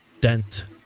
dent